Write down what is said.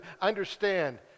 understand